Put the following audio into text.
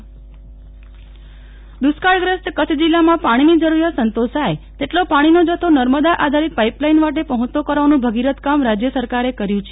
નેહલ ઠક્કર કચ્છ પાણી પુરવઠા દુષ્કાળગ્રસ્ત કચ્છ જિલ્લામાં પાણીની જરુરિયાત સંતોષાય તેટલો પાણીનો જથ્થો નર્મદા આધારિત પાઈપલાઈન વાટે પહોંચતો કરવાનું ભગીરથ કામ રાજ્ય સરકારે કર્યું છે